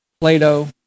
Plato